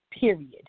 Period